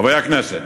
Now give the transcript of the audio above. חברי הכנסת,